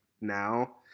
now